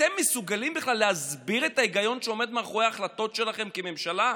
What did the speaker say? אתם בכלל מסוגלים להסביר את ההיגיון מאחורי ההחלטות שלכם בממשלה?